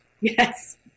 yes